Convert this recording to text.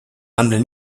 handel